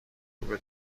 روبه